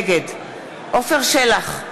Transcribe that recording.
נגד עפר שלח,